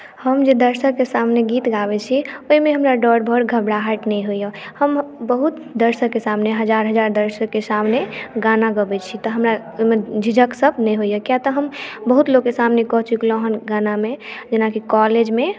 हम जे दर्शकके सामने गीत गबैत छियै ओहिमे हमरा डर भर घबराहट नहि होइए हम बहुत दर्शकके सामने हजार हजार दर्शकके सामने गाना गबैत छी तऽ हमरा ओहिमे झिझकसभ नहि होइए कियाक तऽ हम बहुत लोकके सामने कऽ चुकलहुँ हेँ गानामे जेनाकि कॉलेजमे